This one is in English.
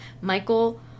Michael